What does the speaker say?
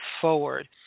forward